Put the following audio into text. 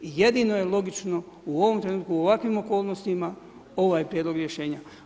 Jedino je logično u ovom trenutku, u ovakvim okolnostima ovaj prijedlog rješenja.